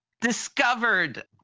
discovered